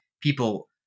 people